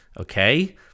Okay